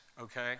okay